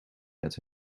met